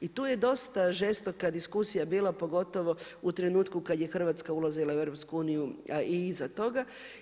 I tu je dosta žestoka diskusija bila pogotovo u trenutku kada je Hrvatska ulazila u EU, a i iza toga.